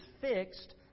fixed